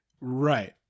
Right